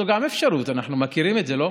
זו גם אפשרות, אנחנו מכירים את זה, לא?